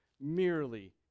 merely